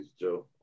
Joe